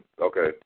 Okay